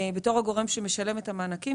האחריות שלנו כגורם שמשלם את המענקים,